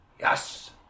Yes